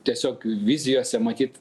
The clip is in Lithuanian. tiesiog vizijose matyt